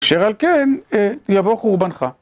אשר על כן, יבוא חורבנך